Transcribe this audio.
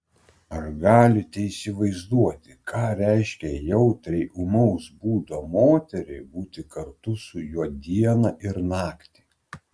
ar galite įsivaizduoti ką reiškia jautriai ūmaus būdo moteriai būti kartu su juo dieną ir naktį